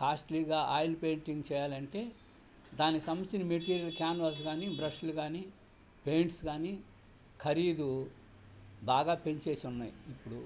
కాస్ట్లీగా oil painting చేయాలంటే దానికి సంబంధించిన మెటీరియల్ క్యాన్వాస్ కానీ బ్రష్లు కానీ పెయింట్స్ కానీ ఖరీదు బాగా పెంచేసి ఉన్నాయి ఇప్పుడు